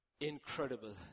incredible